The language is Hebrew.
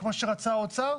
כמו שרצה האוצר,